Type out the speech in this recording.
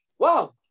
Wow